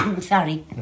Sorry